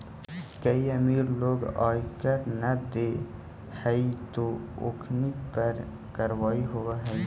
कईक अमीर लोग आय कर न देवऽ हई फिर ओखनी पर कारवाही होवऽ हइ